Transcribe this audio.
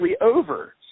over